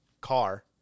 car